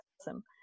awesome